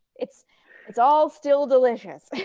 it's it's all still delicious.